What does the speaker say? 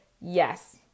Yes